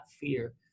fear